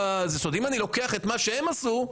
אם אני לוקח את מה שהם עשו,